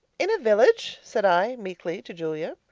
in a village said i meekly, to julia.